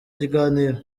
kiganiro